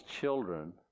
children